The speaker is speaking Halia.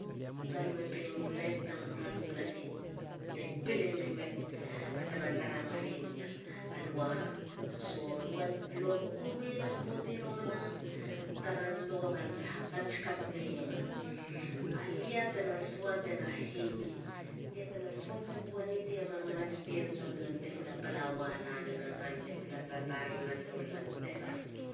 Balue pemu laip tamulu. alu lasi te pilenemen. ba te ma tara marei mi a lua ha? So. lua kukubei tara poati romana. taran tua balte hakats kap naiem. alia te na suatega heavy. lia te na suate gou a nitiama. menats pien tson nonte hula palawa la nena han te hula. tatalana turu lan te la.